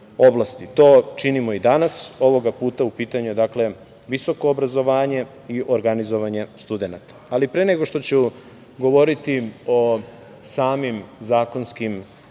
To činimo i danas, ovoga puta u pitanju je, dakle, visoko obrazovanje i organizovanje studenata. Pre nego što ću govoriti o samim zakonskim